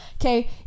okay